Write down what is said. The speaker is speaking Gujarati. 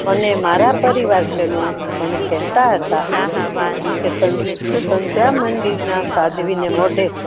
અને મારા પરિવારજનો મને કહેતા હતા કે સંતરામ મંદિરનાં સાધ્વીને મોઢે